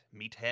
meathead